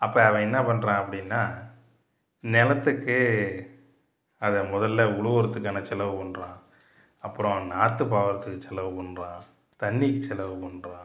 அப்போ அவன் என்ன பண்றான் அப்படினா நிலத்துக்கு அவன் முதல்ல உழுவருத்துக்கான செலவு பண்ணுறான் அப்புறோம் நார்த்து பாவருத்துக்கு செலவு பண்ணுறான் தண்ணிக்கு செலவு பண்ணுறான்